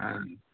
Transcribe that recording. অঁ